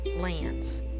lands